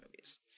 movies